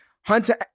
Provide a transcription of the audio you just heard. hunter